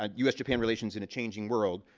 um us-japan relations in a changing world,